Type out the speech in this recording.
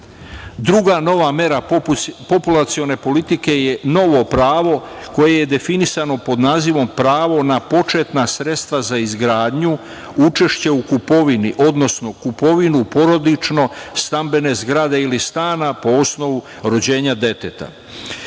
člana. Druga nova mera populacione politike je novo pravo koje je definisano pod nazivom pravo na početna sredstva za izgradnju, učešća u kupovini, odnosno kupovinu porodično stambene zgrade ili stana po osnovu rođenja deteta. Ovo